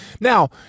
now